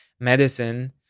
medicine